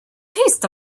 taste